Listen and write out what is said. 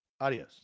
Adios